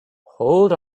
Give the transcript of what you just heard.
hold